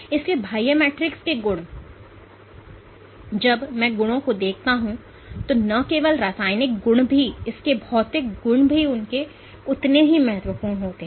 इसलिए बाह्य मैट्रिक्स के गुण जब मैं गुणों को देखता हूं तो न केवल रासायनिक गुण भी इसके भौतिक गुण भी उतने ही महत्वपूर्ण हैं